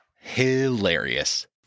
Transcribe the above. Hilarious